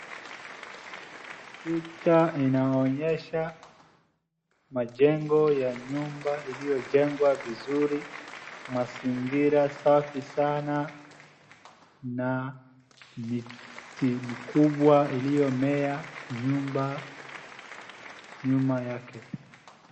Picha inaonyesha majengo ya nyumba iliojengwa vizuri, mazingira safi sana na miti mikubwa iliomea nyuma yake.